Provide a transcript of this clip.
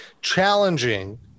challenging